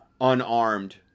unarmed